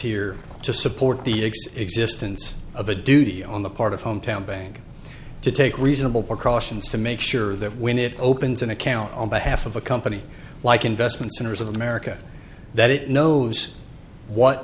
here to support the excess existence of a duty on the part of hometown bank to take reasonable precautions to make sure that when it opens an account on behalf of a company like investment centers of america that it knows what